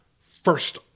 first